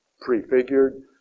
prefigured